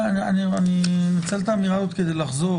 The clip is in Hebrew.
אני מנצל את האמירה הזאת כדי לחזור